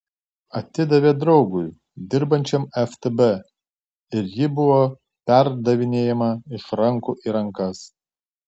atidavė draugui dirbančiam ftb ir ji buvo perdavinėjama iš rankų į rankas